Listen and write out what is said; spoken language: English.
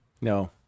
No